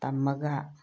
ꯇꯝꯃꯒ